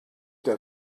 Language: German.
der